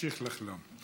נמשיך לחלום.